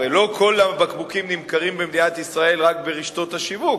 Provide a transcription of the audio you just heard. הרי לא כל הבקבוקים נמכרים במדינת ישראל רק ברשתות השיווק,